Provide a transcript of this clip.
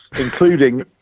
including